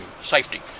safety